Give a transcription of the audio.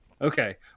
Okay